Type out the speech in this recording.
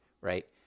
Right